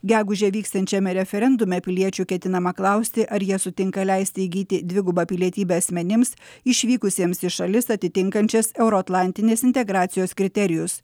gegužę vyksiančiame referendume piliečių ketinama klausti ar jie sutinka leisti įgyti dvigubą pilietybę asmenims išvykusiems į šalis atitinkančias euroatlantinės integracijos kriterijus